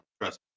trust